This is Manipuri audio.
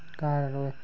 ꯀꯥꯔꯔꯣꯏ